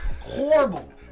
Horrible